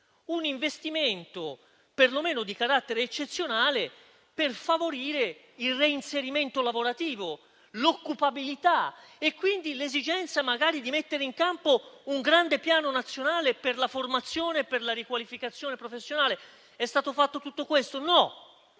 un investimento perlomeno di carattere eccezionale per favorire il reinserimento lavorativo, l'occupabilità e quindi l'esigenza di mettere in campo un grande Piano nazionale per la formazione e per la riqualificazione professionale. Tutto questo è stato fatto? No,